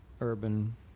urban